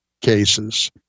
cases